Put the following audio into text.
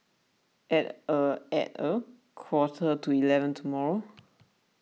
at a at a quarter to eleven tomorrow